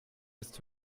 ist